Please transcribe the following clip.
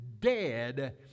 dead